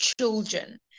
children